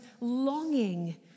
longing